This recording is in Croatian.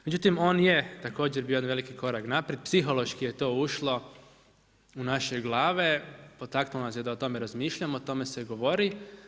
Međutim, on je također bio veliki korak naprijed, psihološki je to ušle u naše glave, potaknulo nas je da o tome razmišljamo, o tome se govori.